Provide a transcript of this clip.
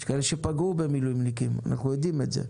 יש כאלה שפגעו במילואימניקים, אנחנו יודעים את זה.